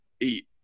eat